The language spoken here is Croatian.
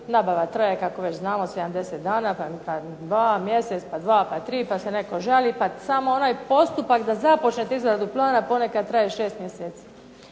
Nabava traje kako već znamo 70 dana, dva mjeseca, pa tri pa se netko žali, pa sam onaj postupak za započnete izradu plana ponekad traje 6 mjeseci.